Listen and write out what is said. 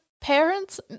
parents